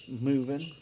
moving